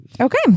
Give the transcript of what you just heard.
Okay